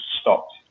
stopped